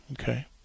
Okay